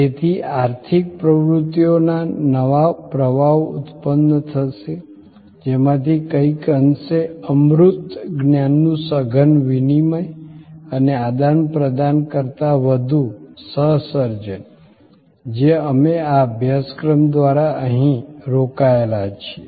તેથી આર્થિક પ્રવૃતિઓના નવા પ્રવાહો ઉત્પન્ન થશે જેમાંથી કંઈક અંશે અમૂર્ત જ્ઞાનનું સઘન વિનિમય અને આદાન પ્રદાન કરતાં વધુ સહ સર્જન જે અમે આ અભ્યાસક્રમ દ્વારા અહીં રોકાયેલા છીએ